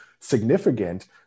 significant